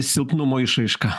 silpnumo išraiška